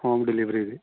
home delivery ਜੀ